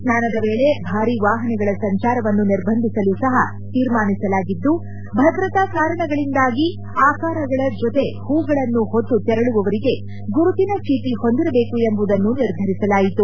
ಸ್ನಾನದ ವೇಳೆ ಭಾರಿ ವಾಹನಗಳ ಸಂಚಾರವನ್ನು ನಿರ್ಬಂಧಿಸಲು ಸಹ ತೀರ್ಮಾನಿಸಲಾಗಿದ್ದು ಭದ್ರತಾ ಕಾರಣಗಳಿಂದಾಗಿ ಆಕಾರಗಳ ಜೊತೆ ಹೊಗಳನ್ನು ಹೊತ್ತು ತೆರಳುವವರಿಗೆ ಗುರುತಿನ ಚೀಟಿ ಹೊಂದಿರಬೇಕು ಎಂಬುದನ್ನು ನಿರ್ಧರಿಸಲಾಯಿತು